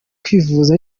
kwivuza